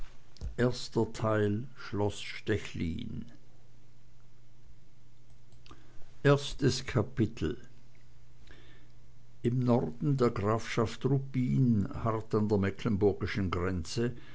schloß stechlin erstes kapitel im norden der grafschaft ruppin hart an der mecklenburgischen grenze